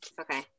okay